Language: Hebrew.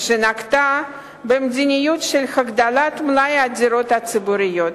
שנקטה מדיניות של הגדלת מלאי הדירות הציבוריות.